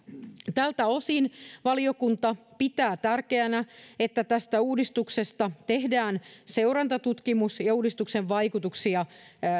tältä osin valiokunta pitää tärkeänä että tästä uudistuksesta tehdään seurantatutkimus ja ja uudistuksen vaikutuksia